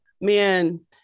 man